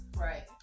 right